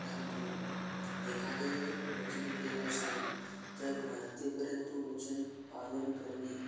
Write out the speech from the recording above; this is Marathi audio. काय म्हणतात त्याला एखाद्या तर वचन केलं असेल तर मर्तेपर्यंत वचन पालन करणे